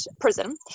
prison